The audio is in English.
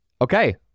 okay